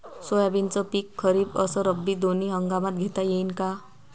सोयाबीनचं पिक खरीप अस रब्बी दोनी हंगामात घेता येईन का?